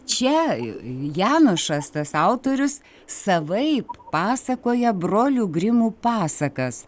čia janošas tas autorius savaip pasakoja brolių grimų pasakas